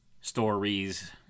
stories